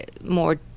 more